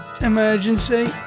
Emergency